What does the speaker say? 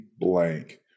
blank